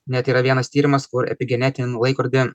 net yra vienas tyrimas kur epigenetinį laikrodį